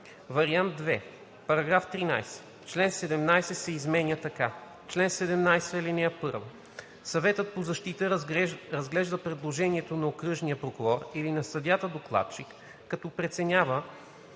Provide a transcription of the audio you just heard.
вариант II: „§ 13. Член 17 се изменя така: „Чл. 17. (1) Съветът по защита разглежда предложението на окръжния прокурор или на съдията-докладчик, като преценява